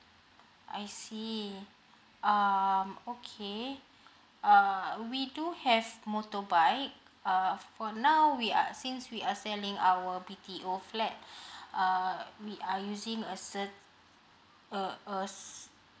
I see um okay err we do have motorbike err for now we are since we are selling our B_T_O flat err we are using a cert a a